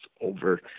over